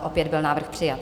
Opět byl návrh přijat.